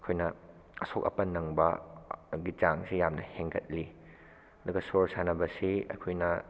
ꯑꯩꯈꯣꯏꯅ ꯑꯁꯣꯛ ꯑꯄꯟ ꯅꯪꯕꯒꯤ ꯆꯥꯡꯁꯤ ꯌꯥꯝꯅ ꯍꯦꯟꯒꯠꯂꯤ ꯑꯗꯨꯒ ꯁꯣꯔ ꯁꯥꯟꯅꯕꯁꯤ ꯑꯩꯈꯣꯏꯅ